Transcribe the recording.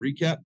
recap